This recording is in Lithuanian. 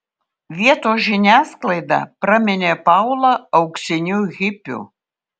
vietos žiniasklaida praminė paulą auksiniu hipiu